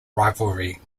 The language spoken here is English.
rivalry